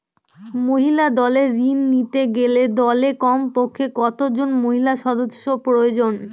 মহিলা দলের ঋণ নিতে গেলে দলে কমপক্ষে কত জন মহিলা সদস্য প্রয়োজন?